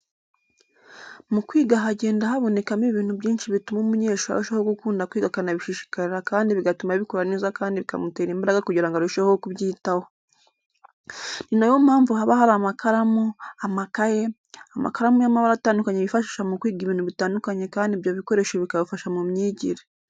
Mu kwiga hagenda habonekamo ibintu byinshi bituma umunyeshuri arushaho gukunda kwiga akanabishishikarira kandi bigatuma abikora neza kandi bikamutera imbaraga kugirango arusheho kubyitaho. Ninayo mpamvu haba hari amakaramu, amakaye , amakaramu y'amabara atandukanye bifashisha mu kwiga ibintu bitandukanye kandi ibyo bikoresho bikabafasha mu myigire.